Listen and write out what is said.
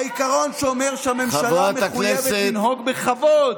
העיקרון שאומר שהממשלה מחויבת לנהוג בכבוד,